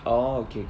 oh okay okay